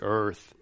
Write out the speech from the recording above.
earth